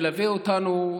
מלווה אותנו,